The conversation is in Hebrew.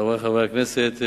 חברי חברי הכנסת,